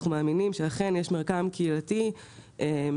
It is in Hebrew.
אנחנו מאמינים שאכן יש מרקם קהילתי שמצדיק